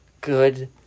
Good